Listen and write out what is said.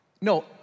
No